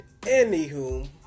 Anywho